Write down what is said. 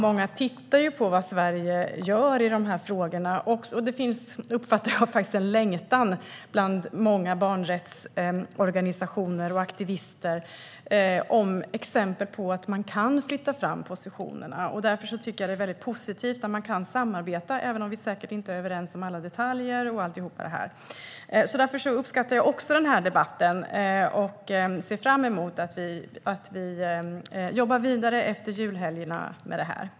Många tittar på vad Sverige gör i de här frågorna, och jag upplever att det finns en längtan bland många barnrättsorganisationer och aktivister efter exempel på att man kan flytta fram positionerna. Det är positivt att vi kan samarbeta, även om vi inte är överens om alla detaljer. Därför uppskattar jag också den här debatten och ser fram emot att vi får jobba vidare med detta efter julhelgerna.